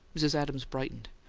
mrs. adams brightened.